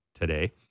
today